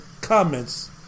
comments